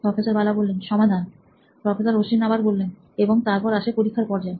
professor Bala সমাধান professor Ashwin এবং তারপর আসে পরীক্ষা পর্যায়